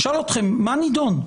נשאל אתכם מה נידון,